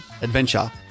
Adventure